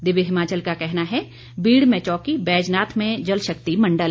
दिव्य हिमाचल का कहना है बीड़ में चौकी बैजनाथ में जलशक्ति मंडल